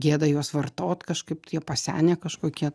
gėda juos vartot kažkaip tai jie pasenę kažkokie